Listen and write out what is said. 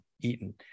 eaten